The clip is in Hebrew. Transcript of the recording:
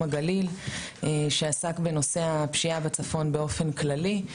הגליל שעסק בנושא הפשיעה בצפון באופן כללי.